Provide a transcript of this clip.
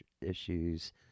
issues